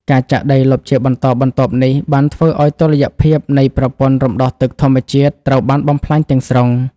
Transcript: ការចាក់ដីលុបជាបន្តបន្ទាប់នេះ បានធ្វើឱ្យតុល្យភាពនៃប្រព័ន្ធរំដោះទឹកធម្មជាតិត្រូវបានបំផ្លាញទាំងស្រុង។